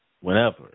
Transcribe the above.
whenever